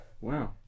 Wow